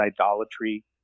idolatry